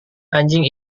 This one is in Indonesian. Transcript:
anjing